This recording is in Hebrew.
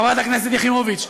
חברת הכנסת יחימוביץ,